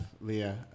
Leah